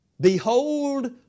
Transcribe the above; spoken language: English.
Behold